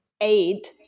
aid